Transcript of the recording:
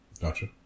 Gotcha